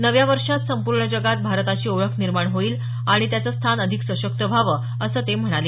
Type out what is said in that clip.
नव्या वर्षात संपूर्ण जगात भारताची ओळख निर्माण होईल आणि त्याचं स्थान अधिक सशक्त व्हावं असं ते म्हणाले